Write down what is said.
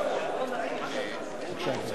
בבקשה.